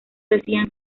decían